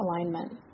alignment